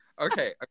Okay